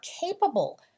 capable